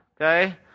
okay